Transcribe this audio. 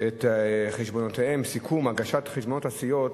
את חשבונותיהן, סיכום חשבונות הסיעות,